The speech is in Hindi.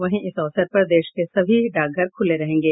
वहीं इस अवसर पर देश के सभी डाकघर खुले रहेंगे